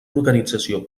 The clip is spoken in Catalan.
organització